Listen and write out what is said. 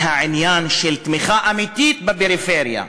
מהעניין של תמיכה אמיתית בפריפריה.